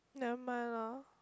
neh mind lah